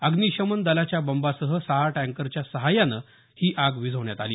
अग्निशमन दलाच्या बंबासह सहा टँकरच्या सहाय्यानं आग विझवण्यात आली